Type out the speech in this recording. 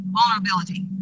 vulnerability